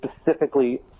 specifically